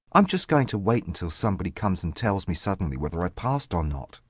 i'm just going to wait until somebody comes and tells me suddenly whether i've passed or not.